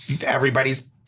everybody's